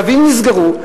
קווים נסגרו,